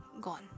gone